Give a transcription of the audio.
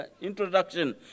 introduction